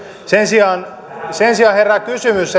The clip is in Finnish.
sen sijaan sen sijaan herää kysymys